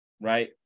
Right